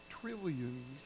trillions